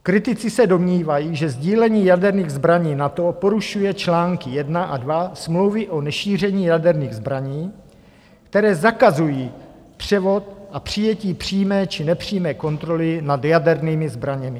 Kritici se domnívají, že sdílením jaderných zbraní NATO porušuje články 1 a 2 Smlouvy o nešíření jaderných zbraní, které zakazují převod a přijetí přímé či nepřímé kontroly nad jadernými zbraněmi.